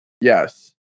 Yes